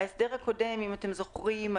ההסדר הקודם היה, אם אתם זוכרים,